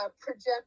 project